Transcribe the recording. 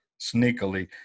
Sneakily